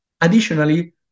Additionally